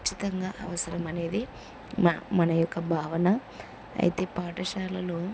ఖచ్చితంగా అవసరం అనేది మా మన యొక్క భావన అయితే పాఠశాలలో